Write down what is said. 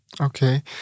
Okay